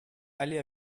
allez